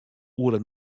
oere